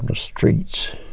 and streets.